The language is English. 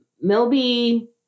Milby